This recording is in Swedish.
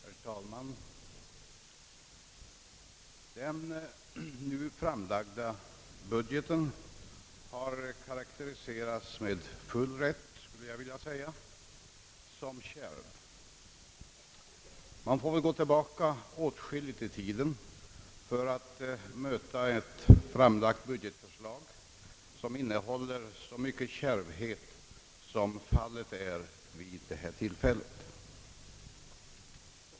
Herr talman! Den nu framlagda budgeten har med full rätt, skulle jag vilja säga, karakteriserats som kärv. Man får väl gå tillbaka åtskilligt i tiden för att möta ett framlagt budgetförslag som innehåller så mycken kärvhet som fallet är vid detta tillfälle.